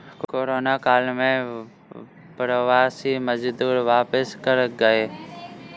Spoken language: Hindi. कोरोना काल में प्रवासी मजदूर वापसी कर गए